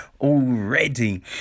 Already